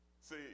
See